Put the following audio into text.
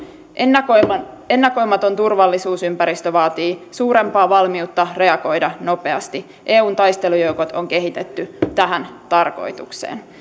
ennakoimaton turvallisuusympäristö vaatii suurempaa valmiutta reagoida nopeasti eun taistelujoukot on kehitetty tähän tarkoitukseen